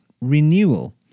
renewal